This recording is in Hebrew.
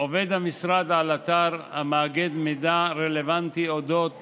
עובד המשרד על אתר המאגד מידע רלוונטי אודות